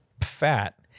Fat